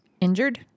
injured